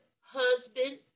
husband